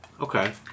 Okay